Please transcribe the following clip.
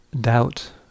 doubt